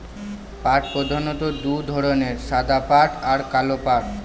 পাট প্রধানত দু ধরনের সাদা পাট আর কালো পাট